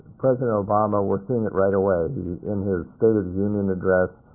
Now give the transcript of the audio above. president obama we're seeing it right away. but he in his state of the union address,